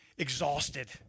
Exhausted